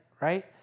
right